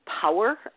power